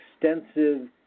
extensive